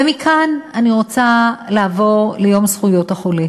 ומכאן אני רוצה לעבור ליום זכויות החולה